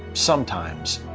sometimes,